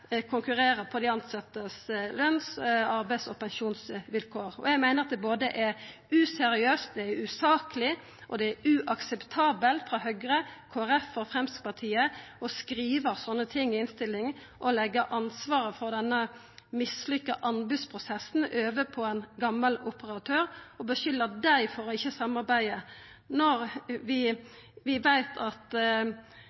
på dei tilsette sine løns-, arbeids- og pensjonsvilkår. Eg meiner det er både useriøst, usaklig og uakseptabelt frå Høgre, Kristeleg Folkeparti og Framstegspartiet å skriva slike ting i innstillinga og leggja ansvaret for denne mislykka anbodsprosessen over på ein gammal operatør og skulda dei for ikkje å samarbeida – når vi